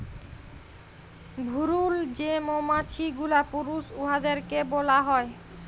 ভুরুল যে মমাছি গুলা পুরুষ উয়াদেরকে ব্যলা হ্যয়